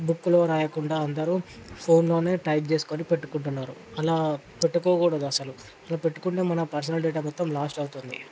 బుక్లో రాయకుండా అందరూ ఫోన్లోనే టైప్ చేసుకొని పెట్టుకుంటున్నారు అలా పెట్టుకోకూడదు అసలు అలా పెట్టుకుంటే మన పర్సనల్ డేటా మొత్తం లాస్ట్ అవుతుంది